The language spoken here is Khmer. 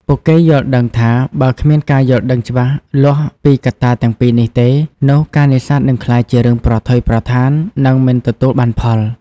ពួកគេយល់ដឹងថា បើគ្មានការយល់ដឹងច្បាស់លាស់ពីកត្តាទាំងពីរនេះទេ នោះការនេសាទនឹងក្លាយជារឿងប្រថុយប្រថាន និងមិនទទួលបានផល។